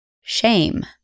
shame